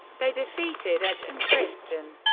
they defeated edge and christian,